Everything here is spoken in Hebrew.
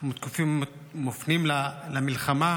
מופנים למלחמה,